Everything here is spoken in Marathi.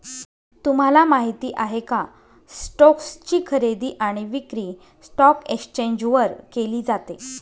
तुम्हाला माहिती आहे का? स्टोक्स ची खरेदी आणि विक्री स्टॉक एक्सचेंज वर केली जाते